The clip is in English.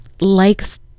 likes